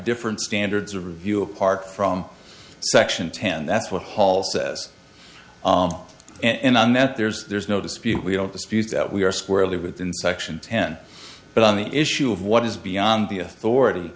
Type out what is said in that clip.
different standards of review apart from section ten that's what hall says and on that there's there's no dispute we don't dispute that we are squarely within section ten but on the issue of what is beyond the authority